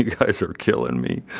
guys are killing me.